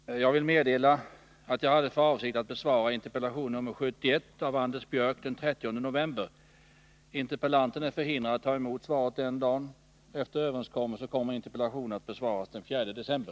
Herr talman! Jag vill meddela att jag hade för avsikt att besvara interpellation nr 71 av Anders Björck den 30 november. Interpellanten är förhindrad att ta emot svaret den dagen. Efter överenskommelse kommer interpellationen att besvaras den 4 december.